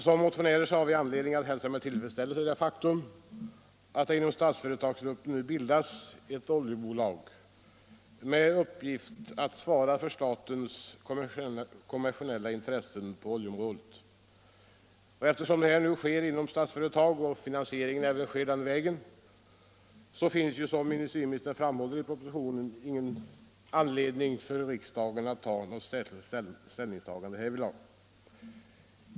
Som motionärer har vi anledning att hälsa med tillfredsställelse det faktum att det inom Statsföretagsgruppen nu bildas ett oljehandelsbolag med uppgift att svara för statens kommersiella intressen på oljeområdet. Eftersom detta sker inom Statsföretag och finansieringen också sköts den vägen finns det, som industriministern framhåller i propositionen, ingen anledning för riksdagen att ta något särskilt ställningstagande härvidlag.